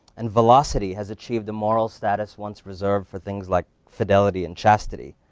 and velocity has achieved a moral status once reserved for things like fidelity and chastity.